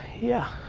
yeah,